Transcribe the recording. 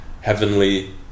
heavenly